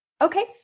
Okay